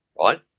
right